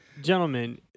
Gentlemen